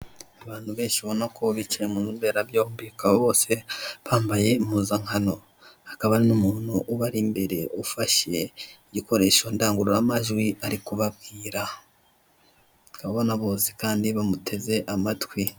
Abantu benshi ubona ko bicaye mu nzu mberabyombi, bakaba bose bambaye impuzankano hakaba hari n'umuntu ubari imbere ufashe ibikoresho ndamgururamajwi, ari kubabwi barebana bose kandi bamuteze amatwi.